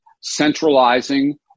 centralizing